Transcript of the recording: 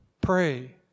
pray